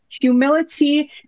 humility